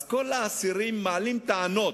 אז כל האסירים מעלים טענות,